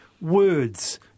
words